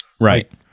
right